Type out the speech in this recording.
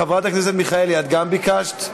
חברת הכנסת מיכאלי, את גם ביקשת?